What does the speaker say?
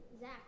Zach